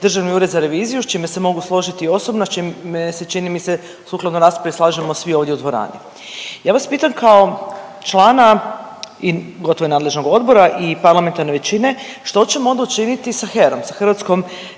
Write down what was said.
Državni ured za reviziju, s čime se mogu složiti osobno, a s čime se čini mi se sukladno raspravi slažemo svi ovdje u dvorani. Ja vas pitam kao člana i gotovo nadležnog odbora i parlamentarne većine što ćemo onda učiniti sa HERA-om, sa Hrvatskom